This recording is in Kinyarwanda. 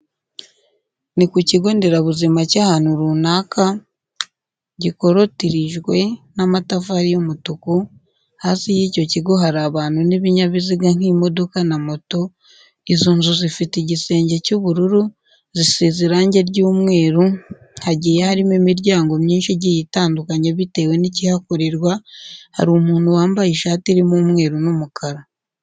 Ni ku kigo nderabuzima cy'ahantu runaka, gikorotirijwe n'amatafari y'umutuku, hanze y'icyo kigo hari abantu n'ibinyabiziga nk'imodoka na moto, izo nzu zifite igisenge cy'ubururu, zisize irange ry'umweru, hagiye harimo imiryango myinshi igiye itandukanye bitewe n'ikihakorerwa, hari umuntu wambaye ishati irimo umweru n'umukara.